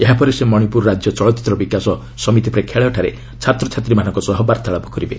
ଏହାପରେ ସେ ମଣିପୁର ରାଜ୍ୟ ଚଳଚ୍ଚିତ୍ର ବିକାଶ ସମିତି ପ୍ରେକ୍ଷାଳୟରେ ଛାତ୍ରଛାତ୍ରୀମାନଙ୍କ ସହ ବାର୍ତ୍ତାଳାପ କରିବେ